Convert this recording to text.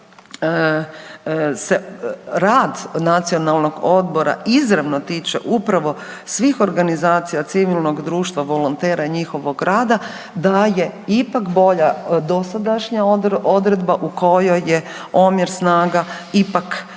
da se rad Nacionalnog odbora izravno tiče upravo svih organizacija civilnog društva volontera i njihovog rada da je ipak bolja dosadašnja odredba u kojoj je omjer snaga ipak malo